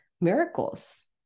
miracles